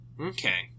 Okay